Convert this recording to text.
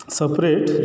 separate